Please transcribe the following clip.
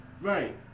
Right